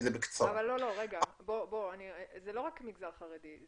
זה לא רק המגזר החרדי,